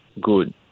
good